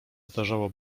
zdarzało